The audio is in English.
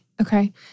Okay